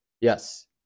Yes